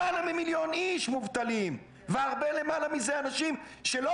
למעלה ממיליון איש מובטלים והרבה למעלה מזה אנשים שלא